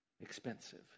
expensive